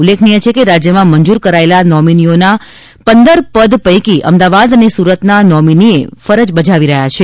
ઉલ્લેખનીય છે કે રાજ્યમાં મંજૂર કરાયેલા નોમિનીઓના પંદર પદ પૈકી અમદાવાદ અને સુરતના નોમિનીએ ફરજ બજાવી રહ્યા છે